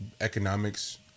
economics